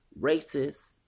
racist